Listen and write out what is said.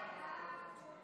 ההצעה